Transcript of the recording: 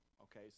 okay